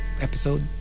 episode